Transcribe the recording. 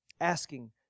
asking